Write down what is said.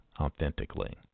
authentically